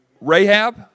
Rahab